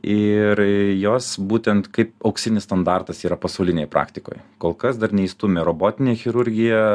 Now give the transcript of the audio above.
ir jos būtent kaip auksinis standartas yra pasaulinėje praktikoje kol kas dar neišstūmė robotinė chirurgija